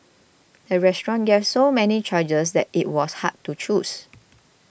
the restaurant gave so many charges that it was hard to choose